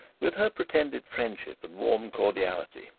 with her pretended friendship and warm cordiality,